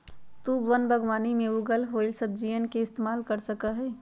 तु वन बागवानी में उगल होईल फलसब्जियन के इस्तेमाल कर सका हीं